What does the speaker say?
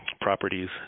properties